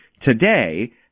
today